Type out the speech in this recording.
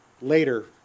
later